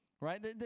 Right